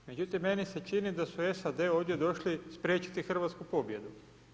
Međutim, meni se čini da su SAD ovdje došle spriječiti hrvatsku pobjedu.